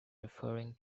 referring